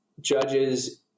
judges